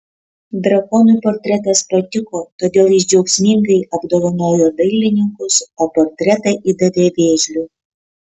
drakonui portretas patiko todėl jis džiaugsmingai apdovanojo dailininkus o portretą įdavė vėžliui